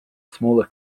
smaller